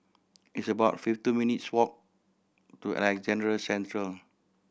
it's about fifty two minutes walk to Alexandra Central